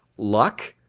luck?